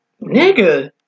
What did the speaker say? Nigga